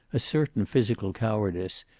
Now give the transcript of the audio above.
a certain physical cowardice,